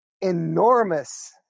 enormous